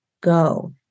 go